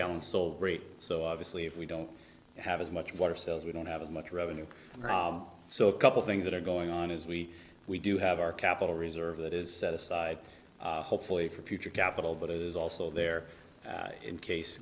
gallon so great so obviously if we don't have as much water cells we don't have as much revenue so a couple things that are going on is we we do have our capital reserve that is set aside hopefully for future capital but it is also there in case